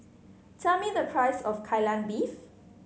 tell me the price of Kai Lan Beef